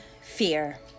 fear